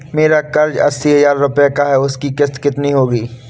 मेरा कर्ज अस्सी हज़ार रुपये का है उसकी किश्त कितनी होगी?